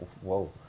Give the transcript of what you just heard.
whoa